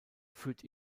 führt